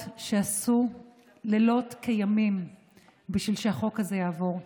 שעשו לילות כימים בשביל שהחוק הזה יעבור.